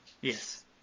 yes